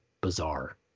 bizarre